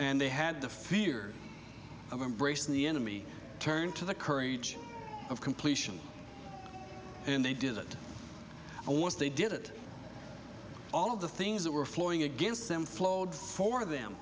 and they had the fear of embracing the enemy turn to the courage of completion and they did it and once they did it all of the things that were flowing against them f